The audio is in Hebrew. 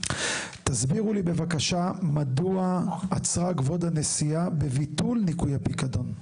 תסבירו לי בבקשה מדוע עצרה כבוד הנשיאה בביטול ניכוי הפיקדון?